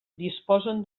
disposen